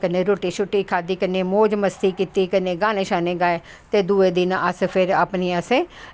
कन्नैं रुट्टी शुट्टी खाह्दी कन्नैं मौज़ मस्ती कीती कन्नैं गानें शानें गाए ते दुऐ दिन फिर अपनी असैं